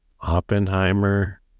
Oppenheimer